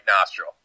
nostril